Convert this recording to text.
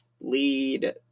lead